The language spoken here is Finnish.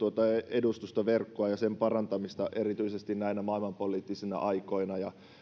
edustustoverkkoa ja sen parantamista erityisesti näinä maailmanpoliittisina aikoina